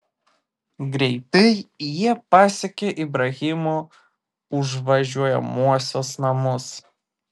greitai jie pasiekė ibrahimo užvažiuojamuosius namus